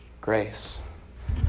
grace